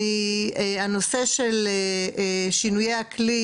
הנושא של שינויי האקלים,